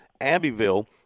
Abbeville